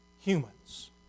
humans